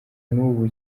n’ubu